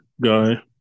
guy